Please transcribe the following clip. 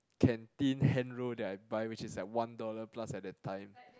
canteen hand roll that I buy which is at one dollar plus at that time